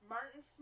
Martin